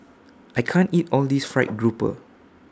I can't eat All This Fried Grouper